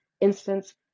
instance